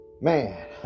man